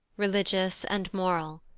religious and moral.